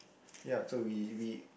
ya so we we